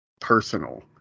personal